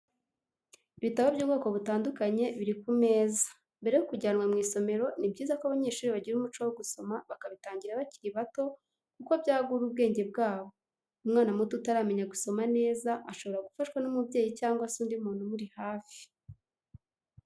Ibitabo by'ubwoko butandukanye biri ku meza mbere yo kujyanwa mu isomero, ni byiza ko abanyeshuri bagira umuco wo gusoma bakabitangira bakiri bato kuko byagura ubwenge bwabo, umwana muto utaramenya gusoma neza ashobora gufashwa n'umubyeyi cyangwa se undi muntu umuri hafi.